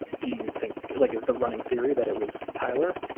do you think like is the running theory that it was tyler?